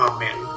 Amen